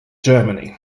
germany